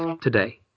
today